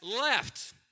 left